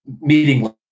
meeting